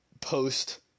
post